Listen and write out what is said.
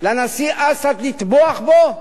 לנשיא אסד לטבוח בו,